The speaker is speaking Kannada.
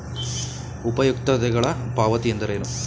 ಉಪಯುಕ್ತತೆಗಳ ಪಾವತಿ ಎಂದರೇನು?